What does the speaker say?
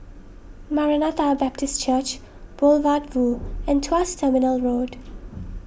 Maranatha Baptist Church Boulevard Vue and Tuas Terminal Road